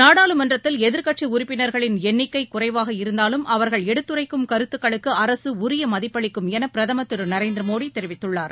நாடாளுமன்றத்தில் எதிர்க்கட்சி உறுப்பினர்களின் எண்ணிக்கை குறைவாக இருந்தாலும் அவர்கள் எடுத்துரைக்கும் கருத்துக்குக்கு அரசு உரிய மதிப்பளிக்கும் என பிரதமர் திரு நரேந்திர மோடி தெரிவித்தள்ளார்